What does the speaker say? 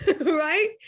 right